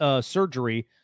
surgery